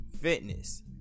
fitness